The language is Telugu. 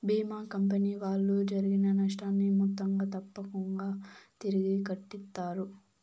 భీమా కంపెనీ వాళ్ళు జరిగిన నష్టాన్ని మొత్తంగా తప్పకుంగా తిరిగి కట్టిత్తారు